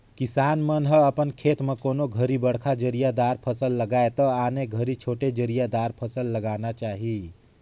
किसान मन ह अपन खेत म कोनों घरी बड़खा जरिया दार फसल लगाये त आने घरी छोटे जरिया दार फसल लगाना चाही